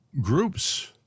groups